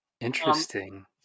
Interesting